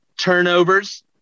turnovers